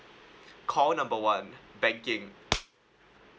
call number one banking